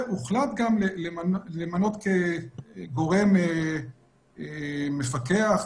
והוחלט גם למנות גורם מפקח,